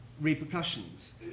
repercussions